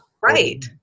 Right